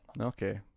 okay